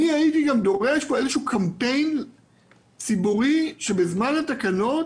הייתי דורש איזשהו קמפיין ציבורי, שבזמן התקנות